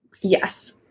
Yes